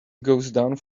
goes